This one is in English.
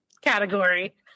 category